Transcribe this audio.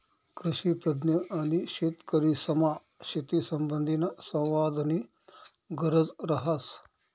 कृषीतज्ञ आणि शेतकरीसमा शेतीसंबंधीना संवादनी गरज रहास